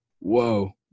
Whoa